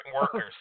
workers